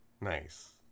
Nice